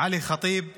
עלי ח'טיב מאעבלין,